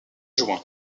juin